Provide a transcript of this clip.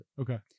Okay